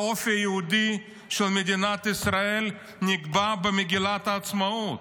האופי היהודי של מדינת ישראל נקבע במגילת העצמאות.